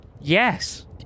Yes